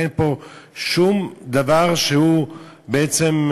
אין פה שום דבר שהוא בעצם,